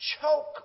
choke